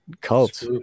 cult